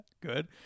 good